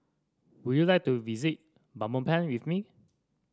would you like to visit Belmopan with me